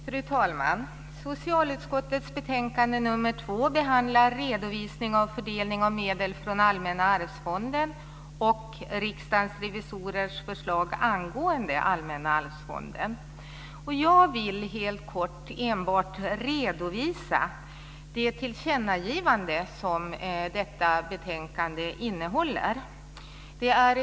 Fru talman! Socialutskottets betänkande nr 2 behandlar redovisning av fördelning av medel från Allmänna arvsfonden och Riksdagens revisorers förslag angående Allmänna arvsfonden. Jag vill helt kort enbart redovisa det tillkännagivande som detta betänkande innehåller.